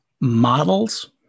models